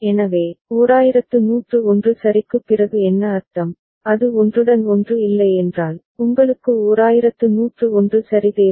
எனவே 1101 சரிக்குப் பிறகு என்ன அர்த்தம் அது ஒன்றுடன் ஒன்று இல்லையென்றால் உங்களுக்கு 1101 சரி தேவை